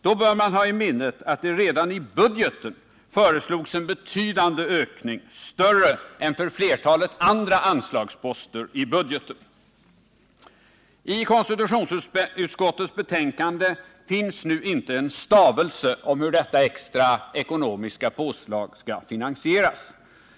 Då skall man ha i minnet att det redan i budgeten föreslogs en betydande ökning, större än för flertalet andra anslagsposter i budgeten. I konstitutionsutskottets betänkande finns inte en stavelse om hur detta extra påslag skall finansieras.